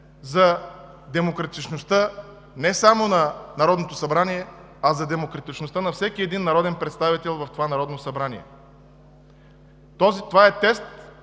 за демократичността не само на Народното събрание, а за демократичността на всеки един народен представител в това Народно събрание. Това е тест